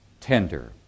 tender